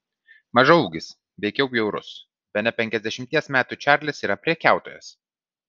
mažaūgis veikiau bjaurus bene penkiasdešimties metų čarlis yra prekiautojas